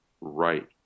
right